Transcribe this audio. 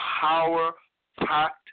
power-packed